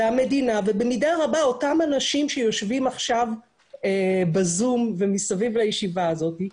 ובמידה רבה אותם אנשים שיושבים עכשיו בזום ומסביב לישיבה הזאת,